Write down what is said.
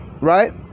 right